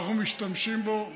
אנחנו משתמשים בו,